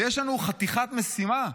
ויש לנו חתיכת משימה.